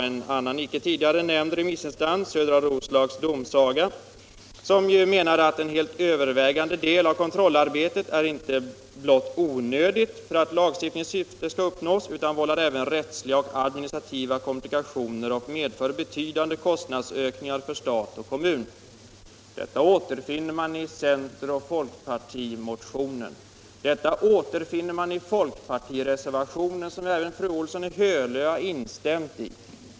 En annan icke tidigare nämnd remissinstans, Södra Roslags domsaga, menar att en helt övervägande del av kontrollarbetet inte blott är onödigt för att lagstiftningens syfte skall uppnås, utan även vållar rättsliga och adminstrativa komplikationer och medför betydande kostnadsökningar för stat och kommun. Liknande synpunkter återfinns i centeroch folkpartimotionen. Man återfinner dem också i folkpartireservationen, som även fru Olsson i Hölö har instämt i.